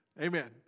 Amen